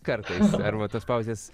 kartais arba tos pauzės